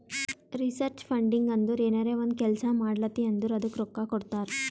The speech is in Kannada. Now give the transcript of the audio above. ರಿಸರ್ಚ್ ಫಂಡಿಂಗ್ ಅಂದುರ್ ಏನರೇ ಒಂದ್ ಕೆಲ್ಸಾ ಮಾಡ್ಲಾತಿ ಅಂದುರ್ ಅದ್ದುಕ ರೊಕ್ಕಾ ಕೊಡ್ತಾರ್